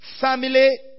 family